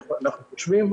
אנחנו חושבים,